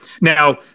Now